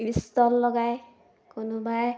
stall লগাই কোনোবাই